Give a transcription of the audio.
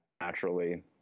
naturally